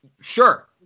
sure